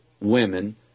women